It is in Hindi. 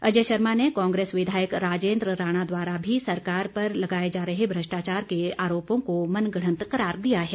अजय शर्मा ने कांग्रेस विधायक राजेन्द्र राणा द्वारा भी सरकार पर लगाए जा रहे भ्रष्टाचार के आरोपों को मनघढ़त करार दिया है